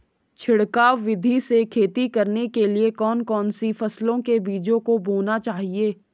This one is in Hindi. छिड़काव विधि से खेती करने के लिए कौन कौन सी फसलों के बीजों को बोना चाहिए?